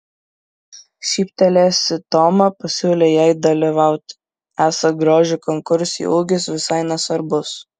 šyptelėjusi toma pasiūlė jai dalyvauti esą grožio konkursui ūgis visai nesvarbus